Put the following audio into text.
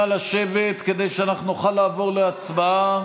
נא לשבת כדי שאנחנו נוכל לעבור להצבעה.